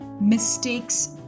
mistakes